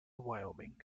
wyoming